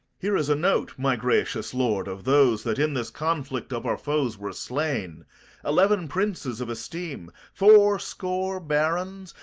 here is a note, my gracious lord, of those that in this conflict of our foes were slain eleven princes of esteem, four score barons,